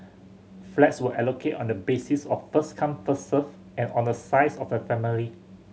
flats were allocated on the basis of first come first served and on the size of the family